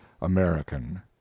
American